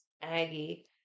Aggie